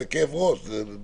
הרי בשבילכם זה כאב ראש ובלגן.